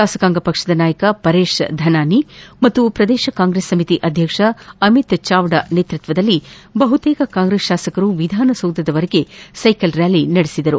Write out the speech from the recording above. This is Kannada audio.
ಶಾಸಕಾಂಗ ಪಕ್ಷದ ನಾಯಕ ಪರೇಶ್ ಧನಾನಿ ಮತ್ತು ಪ್ರದೇಶ ಕಾಂಗ್ರೆಸ್ ಸಮಿತಿ ಅಧ್ಯಕ್ಷ ಅಮಿತ್ ಚಾವ್ನಾ ನೇತೃತ್ತದಲ್ಲಿ ಬಹುತೇಕ ಕಾಂಗ್ರೆಸ್ ಶಾಸಕರು ವಿಧಾನಸೌಧದವರೆಗೆ ಸ್ನೆಕಲ್ ರ್್ಾಲಿ ನಡೆಸಿದರು